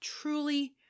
truly